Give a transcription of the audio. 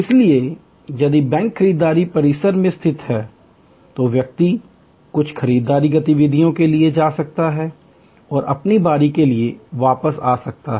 इसलिए यदि बैंक खरीदारी परिसर में स्थित है तो व्यक्ति कुछ खरीदारी गतिविधियों के लिए जा सकता है और अपनी बारी के लिए वापस आ सकता है